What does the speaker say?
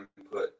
input